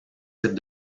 types